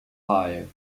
five